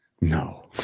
No